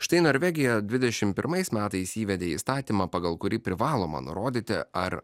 štai norvegija dvidešim pirmais metais įvedė įstatymą pagal kurį privaloma nurodyti ar